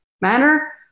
manner